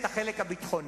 בחלק הביטחוני,